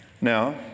Now